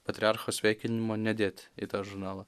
patriarcho sveikinimo nedėt į tą žurnalą